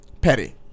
Petty